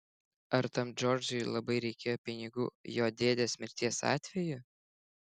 ar tam džordžui labai reikėjo pinigų jo dėdės mirties atveju